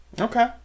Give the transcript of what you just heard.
Okay